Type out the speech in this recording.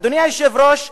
אדוני היושב-ראש,